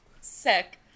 Sick